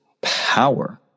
power